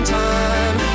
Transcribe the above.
time